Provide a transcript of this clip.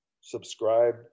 subscribe